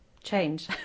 change